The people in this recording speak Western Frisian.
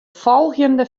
folgjende